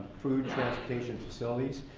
food, transportation, facilities.